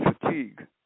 fatigue